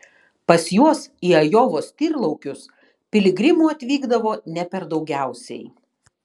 pas juos į ajovos tyrlaukius piligrimų atvykdavo ne per daugiausiai